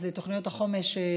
תוכניות החומש,